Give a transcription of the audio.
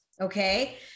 okay